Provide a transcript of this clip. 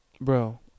bro